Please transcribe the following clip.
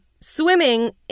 Swimming